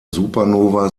supernova